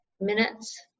minutes